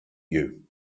you